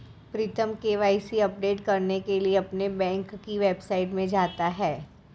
प्रीतम KYC update करने के लिए अपने बैंक की वेबसाइट में जाता है